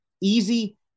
easy